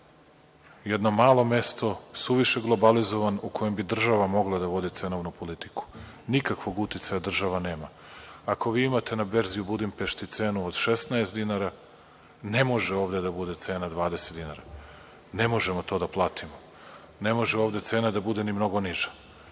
jedno malo mesto, suviše globalizovano u kojem bi država mogla da vodi cenovnu politiku. Nikakvog uticaja država nema. Ako vi imate na berzi u Budimpešti cenu od 16 dinara, ne može ovde da bude cena 20 dinara. Ne možemo to da platimo. Ne može ovde cena da bude ni mnogo niža.